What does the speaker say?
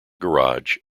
garage